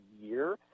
year